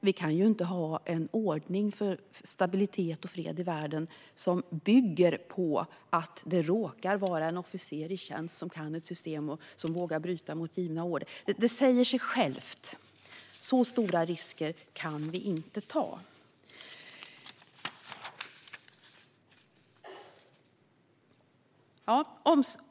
Vi kan inte ha en ordning för stabilitet och fred i världen som bygger på att det råkar vara en officer i tjänst som kan ett system och vågar bryta mot order. Det säger sig självt att så stora risker kan vi inte ta.